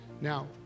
Now